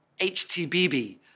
HTBB